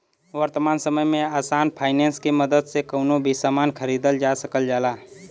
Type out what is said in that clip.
वर्तमान समय में आसान फाइनेंस के मदद से कउनो भी सामान खरीदल जा सकल जाला